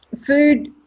Food